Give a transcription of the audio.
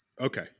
Okay